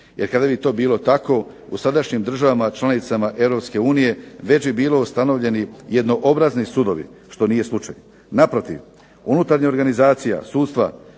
jer kada bi to bilo tako u sadašnjim državama članicama EU već bi bili ustanovljeni jednoobrazni sudovi što nije slučaj. Naprotiv, unutarnja organizacija sudstva